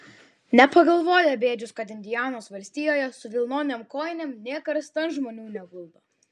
nepagalvojo bėdžius kad indianos valstijoje su vilnonėm kojinėm nė karstan žmonių neguldo